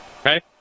Okay